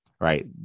right